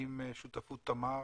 עם שותפות תמר.